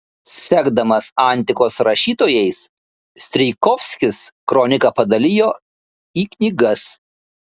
sekdamas antikos rašytojais strijkovskis kroniką padalijo į knygas